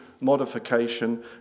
modification